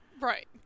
Right